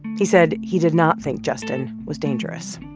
he said he did not think justin was dangerous